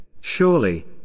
Surely